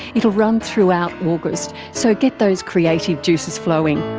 it will run throughout august, so get those creative juices flowing.